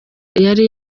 yari